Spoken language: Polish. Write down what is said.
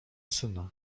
syna